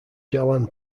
jalan